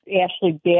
Ashley